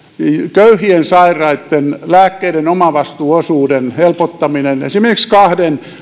köyhien sairaitten lääkkeiden omavastuuosuuden helpottaminen esimerkiksi kahden